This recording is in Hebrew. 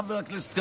חבר הכנסת קריב,